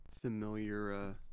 familiar